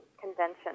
convention